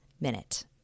minute